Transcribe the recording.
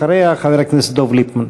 אחריה, חבר הכנסת דב ליפמן.